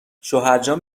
شوهرجان